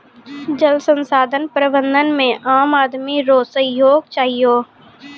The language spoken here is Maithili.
जल संसाधन प्रबंधन मे आम आदमी रो सहयोग चहियो